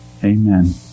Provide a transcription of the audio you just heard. Amen